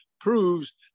proves